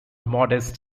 modest